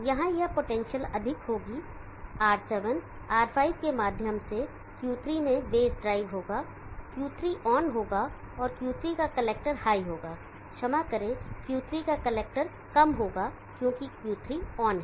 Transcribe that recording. यहां यह potential अधिक होगी R7 R5 के माध्यम से Q3 में बेस ड्राइव होगा Q3 ऑन होगा और Q3 का कलेक्टर हाई होगा क्षमा करें Q3 का कलेक्टर कम होगा क्योंकि Q3 ऑन है